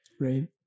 right